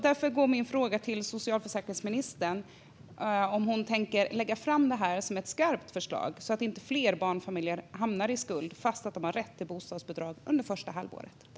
Därför vill jag fråga socialförsäkringsministern om hon tänker lägga fram detta som ett skarpt förslag, så att inte fler barnfamiljer hamnar i skuld trots att de har rätt till bostadsbidrag under första halvåret.